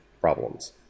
problems